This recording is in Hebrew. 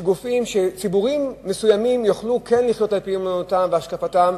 שגופים ציבוריים מסוימים יוכלו כן לחיות על-פי אמונתם והשקפתם,